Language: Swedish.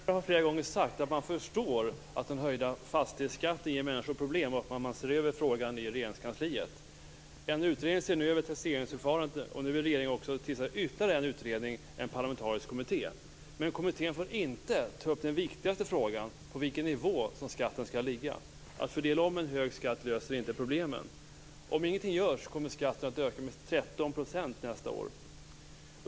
Fru talman! Regeringsföreträdare har flera gånger sagt att man förstår att den höjda fastighetsskatten ger människor problem och att man ser över frågan i Nu vill regeringen tillsätta ytterligare en utredning, en parlamentarisk kommitté. Men kommittén får inte ta upp den viktigaste frågan, nämligen på vilken nivå skatten skall ligga. Att fördela om en hög skatt löser inte problemen. Om ingenting görs kommer skatten att öka med 13 % nästa år.